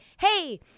hey